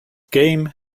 game